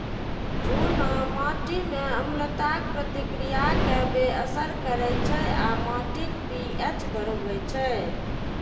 चूना माटि मे अम्लताक प्रतिक्रिया कें बेअसर करै छै आ माटिक पी.एच बढ़बै छै